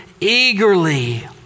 eagerly